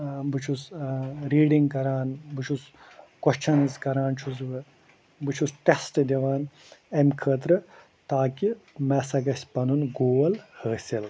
بہٕ چھُس ریٖڈنٛگ کَران بہٕ چھُس کۄہچنٕز کَران چھُس بہٕ بہٕ چھُس ٹٮ۪سٹ دِوان امہِ خٲطرٕ تاکہِ مےٚ سا گَژھِ پنُن گول حٲصِل